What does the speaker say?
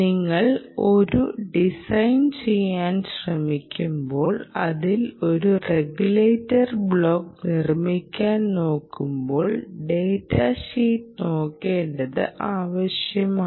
നിങ്ങൾ ഒരു ഡിസൈൻ ചെയ്യാൻ ശ്രമിക്കുമ്പോൾ അതിൽ ഒരു റെഗുലേറ്റർ ബ്ലോക്ക് നിർമ്മിക്കാൻ നോക്കുമ്പോൾ ഡാറ്റ ഷീറ്റ് നോക്കേണ്ടത് ആവശ്യമാണ്